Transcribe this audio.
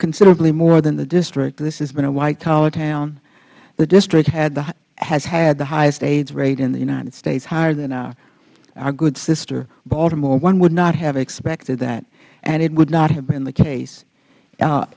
considerably more than the district this has been a white collar town the district has had the highest aids rate in the united states higher than our good sister baltimore one would not have expected that and it would not have been the case